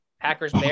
Packers